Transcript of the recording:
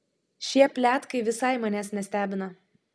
šie pletkai visai manęs nestebina